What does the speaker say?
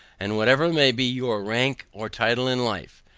and whatever may be your rank or title in life,